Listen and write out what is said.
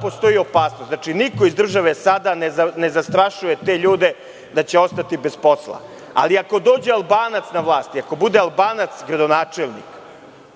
postoji opasnost, znači niko iz države sada ne zastrašuje te ljude da će ostati bez posla. Ali, ako dođe Albanac na vlast i ako bude Albanac gradonačelnik,